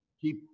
Keep